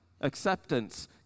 acceptance